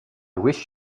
wish